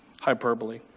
hyperbole